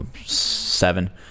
seven